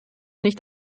nicht